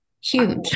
Huge